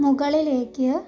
മുകളിലേക്ക്